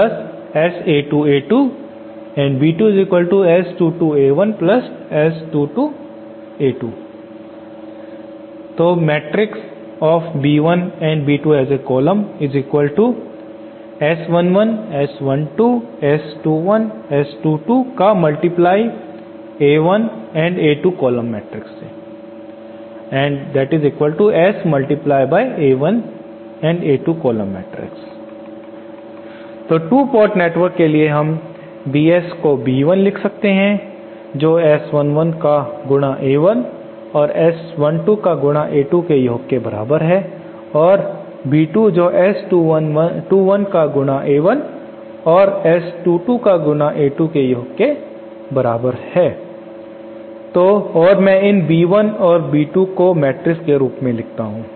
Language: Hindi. तो 2 पोर्ट नेटवर्क के लिए हम Bs को B1 लिख सकते हैं जो S11 का गुणा A1 और S12 का गुणा A2 के योग के बराबर होता है और B2 जो S21 का गुणा A1 और S22 का गुणा A2 के योग के बराबर होता है और मैं इन B1 और B2 को मैट्रिक्स के रूप में लिखता हूं